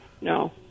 No